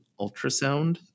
ultrasound